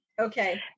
Okay